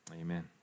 Amen